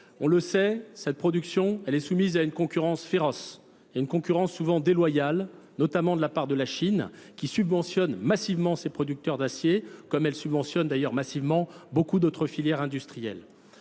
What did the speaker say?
On le sait, cette production est soumise à une concurrence féroce, une concurrence souvent déloyale, notamment de la part de la Chine, qui subventionne massivement ses producteurs d'acier, comme elle subventionne d'ailleurs massivement beaucoup d'autres filières industrielles.